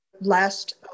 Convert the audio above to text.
last